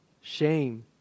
shame